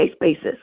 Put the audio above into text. basis